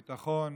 ביטחון,